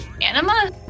Anima